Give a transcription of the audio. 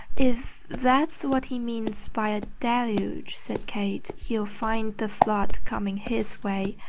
if that's what he means by a deluge, said kate, he'll find the flood coming his way.